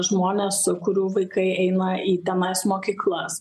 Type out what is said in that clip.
žmonės kurių vaikai eina į tenais mokyklas